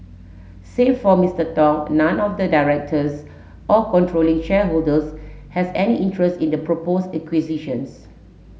save for Mister Tong none of the directors or controlling shareholders has any interest in the proposed acquisitions